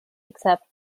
except